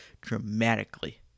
dramatically